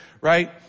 right